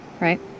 right